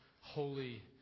holy